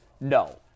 no